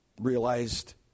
realized